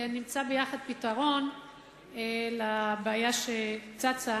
נמצא ביחד פתרון לבעיה שצצה,